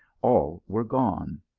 all were gone.